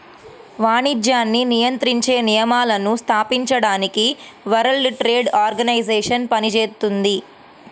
వాణిజ్యాన్ని నియంత్రించే నియమాలను స్థాపించడానికి వరల్డ్ ట్రేడ్ ఆర్గనైజేషన్ పనిచేత్తుంది